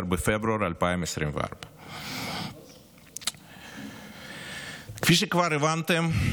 עד 19 בפברואר 2024. כפי שכבר הבנתם,